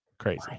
crazy